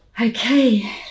okay